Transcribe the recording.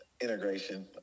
integration